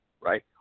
right